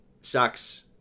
sucks